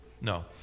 No